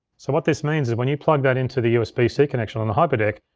so what this means is when you plug that into the usb-c so connection on the hyperdeck,